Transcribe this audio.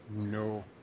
No